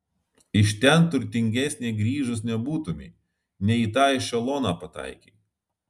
iš ten turtingesnė grįžus nebūtumei ne į tą ešeloną pataikei